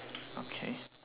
okay